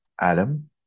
Adam